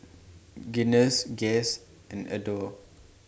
Guinness Guess and Adore